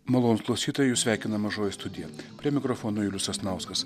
malonūs klausytojai jus sveikina mažoji studija prie mikrofono julius sasnauskas